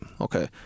Okay